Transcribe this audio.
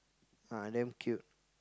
ah damn cute